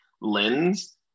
lens